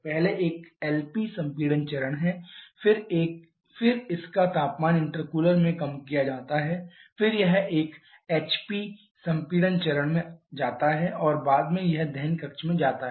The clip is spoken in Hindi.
पहले एक LP संपीड़न चरण है फिर इसका तापमान इंटरकूलर में कम किया जाता है फिर यह एक HP संपीड़न चरण में जाता है और बाद में यह दहन कक्ष में जाता है